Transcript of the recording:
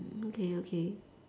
okay okay